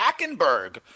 Hackenberg